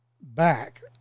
back